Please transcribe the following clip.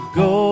go